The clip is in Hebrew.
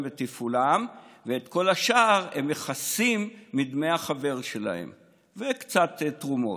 לתפעולם ואת כל השאר הם מכסים מדמי החבר שלהם וקצת תרומות.